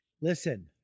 Listen